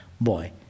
Boy